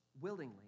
willingly